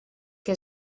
que